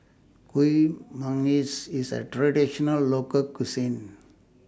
Kuih Manggis IS A Traditional Local Cuisine